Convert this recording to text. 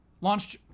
launched